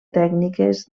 tècniques